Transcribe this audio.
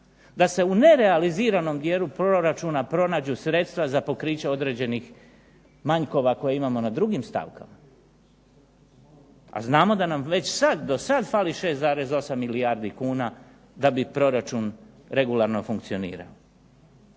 da se u nerealiziranom dijelu proračuna pronađu sredstva za pokriće određenih manjkova koje imamo na drugim stavkama, a znamo da nam već sad, do sad fali 6,8 milijardi kuna da bi proračun regularno funkcionirao.